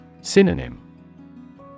Synonym